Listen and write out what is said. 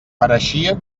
pareixia